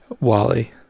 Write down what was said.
Wally